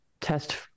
test